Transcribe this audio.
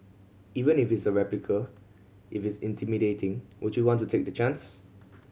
even if is a replica if is intimidating would you want to take the chance